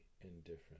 indifferent